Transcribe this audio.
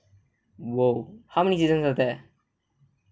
!wow! how many seasons are there